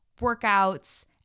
workouts